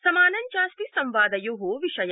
समानं चास्ति संवादयो विषय